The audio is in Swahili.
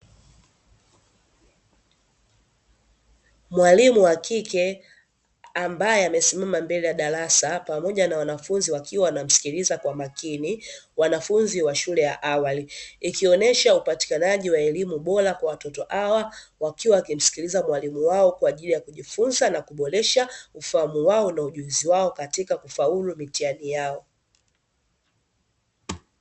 Mwalimu wa kike ambaye amesimama mbele ya darasa pamoja na wanafunzi wakiwa wanamsikiliza kwa makini wanafunzi wa shule ya awali, ikionyesha upatikanaji wa elimu bora kwa watoto hawa wakiwa wakimsikiliza mwalimu wao kwa ajili ya kujifunza na kuboresha ufahamu wao na ujuzi wao katika kufaulu mitihani yao.